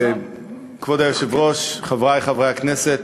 כבוד היושב-ראש, חברי חברי הכנסת,